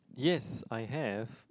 yes I have